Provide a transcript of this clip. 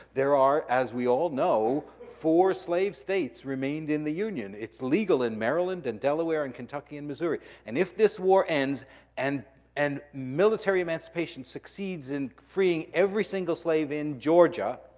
there are, as we all know, four slave states remained in the union. it's legal in maryland, and delaware, and kentucky and missouri. and if this war ends and and military emancipation succeeds in freeing every single slave in georgia,